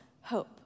hope